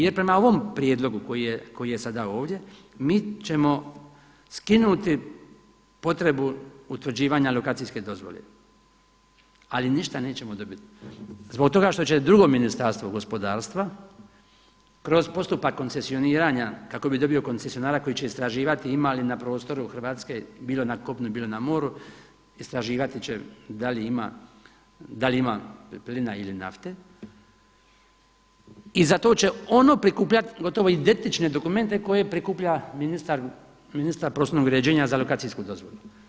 Jer prema ovom prijedlogu koji je sada ovdje mi ćemo skinuti potrebu utvrđivanja lokacijske dozvole ali ništa nećemo dobiti zbog toga što će drugo Ministarstvo gospodarstva kroz postupak koncesioniranja kako bi dobio koncesionara koji će istraživati ima li na prostoru Hrvatske bilo na kopnu, bilo na moru, istraživati će da li ima plina ili nafte i za to će ono prikupljati gotovo identične dokumente koje prikuplja ministar prostornog uređenja za lokacijsku dozvolu.